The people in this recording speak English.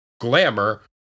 Glamour